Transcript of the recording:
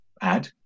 add